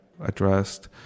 addressed